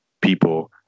people